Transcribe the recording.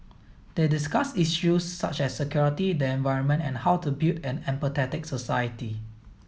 they discussed issues such as security the environment and how to build an empathetic society